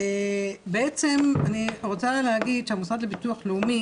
בעצם אני רוצה להגיד שהמוסד לביטוח לאומי